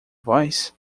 voz